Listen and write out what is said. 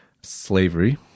slavery